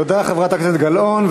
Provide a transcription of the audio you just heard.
תודה, חברת הכנסת גלאון.